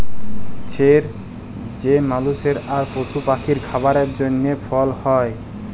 ছের যে মালুসের আর পশু পাখির খাবারের জ্যনহে ফল হ্যয়